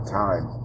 time